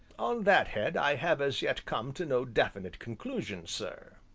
on that head i have as yet come to no definite conclusion, sir,